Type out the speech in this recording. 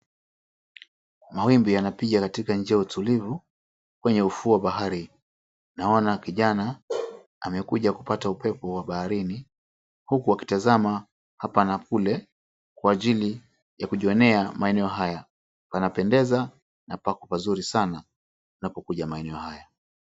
Mawimbi yanapiga katika njia ya utulivu kwenye ufuo wa bahari. Naona kijana amekuja kupata upepo baharini huku akitazama hapa na kule kwa ajili ya kujionea maeneo haya. Panapendeza na pako pazuri sana unapokuja maeneo haya.